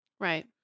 Right